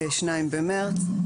ב-2 במרץ.